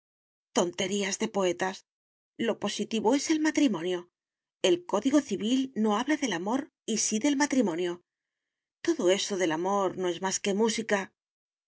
tonterías de poetas lo positivo es el matrimonio el código civil no habla del amor y sí del matrimonio todo eso del amor no es más que música